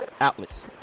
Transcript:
outlets